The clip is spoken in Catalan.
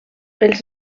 els